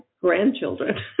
grandchildren